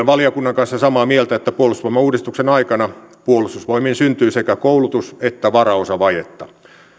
valiokunnan kanssa samaa mieltä että puolustusvoimauudistuksen aikana puolustusvoimiin syntyy sekä koulutus että varaosavajetta